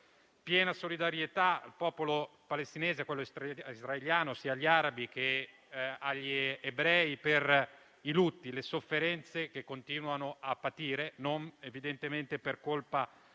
piena solidarietà al popolo palestinese e a quello israeliano - sia agli arabi, sia agli ebrei - per i lutti e le sofferenze che continuano a patire, evidentemente per colpa